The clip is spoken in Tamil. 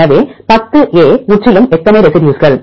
எனவே 10 ஏ முற்றிலும் எத்தனை ரெசிடியூஸ்கள்